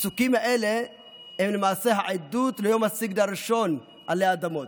הפסוקים האלה הם למעשה העדות ליום הסגד הראשון עלי אדמות.